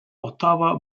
ottawa